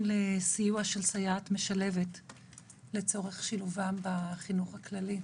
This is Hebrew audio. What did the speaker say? לסיוע של סייעת משלבת לצורך שילובם בחינוך הכללי,